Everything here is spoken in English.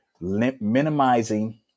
minimizing